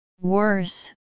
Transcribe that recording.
Worse